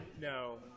No